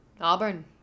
Auburn